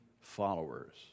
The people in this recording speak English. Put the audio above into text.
followers